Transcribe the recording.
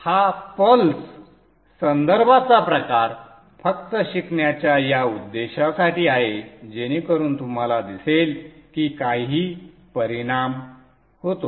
हा पल्स संदर्भाचा प्रकार फक्त शिकण्याच्या या उद्देशासाठी आहे जेणेकरून तुम्हाला दिसेल की काही परिणाम होतो